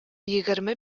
егерме